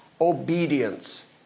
obedience